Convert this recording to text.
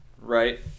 right